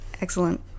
Excellent